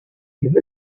give